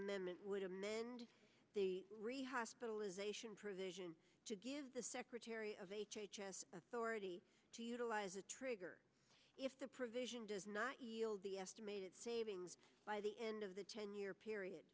amendment would amend the rehospitalization provision to give the secretary of h h s authority to utilize a trigger if the provision does not yield the estimated savings by the end of the ten year period